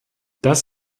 das